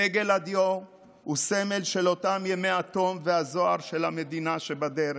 דגל הדיו הוא סמל של אותם ימי התום והזוהר של המדינה שבדרך,